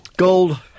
Gold